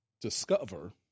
discover